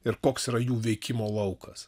ir koks yra jų veikimo laukas